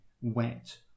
wet